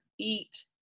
eat